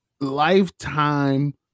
lifetime